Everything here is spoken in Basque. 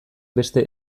beste